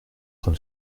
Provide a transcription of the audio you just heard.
train